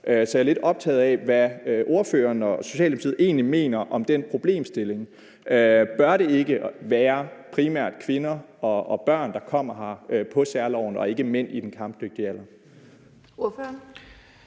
så jeg er lidt optaget af, hvad ordføreren og Socialdemokratiet egentlig mener om den problemstilling. Bør det ikke primært være kvinder og børn, der kommer her på særloven, og ikke mænd i den kampdygtige alder? Kl.